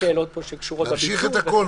אנחנו נמשיך את הכול.